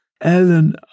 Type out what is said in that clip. Ellen